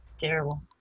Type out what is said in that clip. terrible